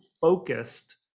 focused